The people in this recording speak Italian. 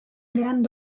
grand